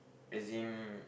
as in